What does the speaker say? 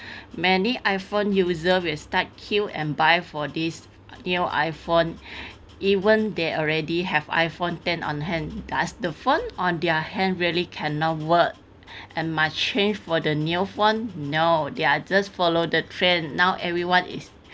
many iphone you reserve you start queue and buy for this new iphone even they already have iphone ten on hand does the phone on their hand really cannot work and must change for the new one no they're just follow the trend now everyone is